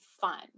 fun